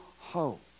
hope